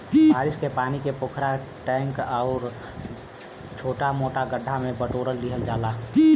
बारिश के पानी के पोखरा, टैंक आउर छोटा मोटा गढ्ढा में बटोर लिहल जाला